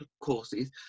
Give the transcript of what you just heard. courses